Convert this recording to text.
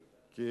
כי,